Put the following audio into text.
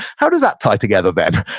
how does that tie together then?